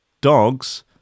Dogs